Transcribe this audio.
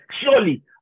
surely